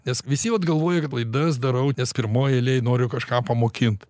nes visi vat galvoja kad laidas darau nes pirmoj eilėj noriu kažką pamokint